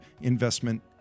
investment